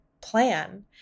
plan